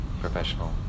professional